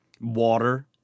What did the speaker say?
water